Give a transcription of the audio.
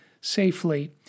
safely